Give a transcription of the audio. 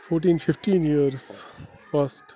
fourteen fifteen years past